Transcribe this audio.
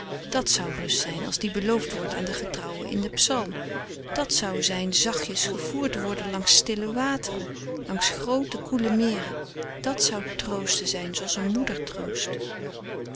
dat zou rust zijn als die beloofd wordt aan de getrouwen in den psalm dat zou zijn zachtjens gevoerd worden langs stille wateren langs groote koele meren dat zou troosten zijn zooals een moeder troost